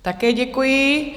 Také děkuji.